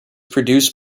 produced